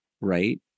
right